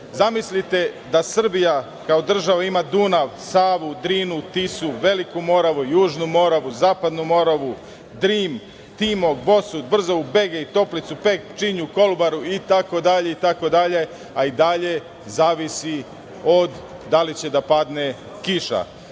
itd. Zamislite da Srbija kao država ima Dunav, Savu, Drinu, Tisu, Veliku Moravu, Južnu Moravu, Zapadnu Moravu, Drim, Timok, Bosut, Brzavu, Begej, Toplicu, Pek, Pčinju, Kolubaru itd. a i dalje zavisi od toga da li će da padne kiša. Pod